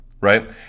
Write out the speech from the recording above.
Right